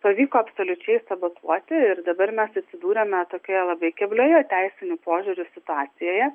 pavyko absoliučiai sabotuoti ir dabar mes atsidūrėme tokioje labai keblioje teisiniu požiūriu situacijoje